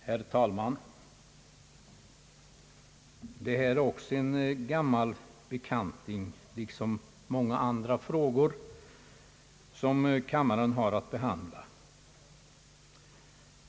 Herr talman! Denna fråga är en gammal bekant, liksom många andra frågor som kammaren har att behandla.